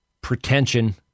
Pretension